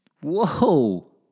Whoa